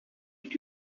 did